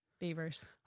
Beavers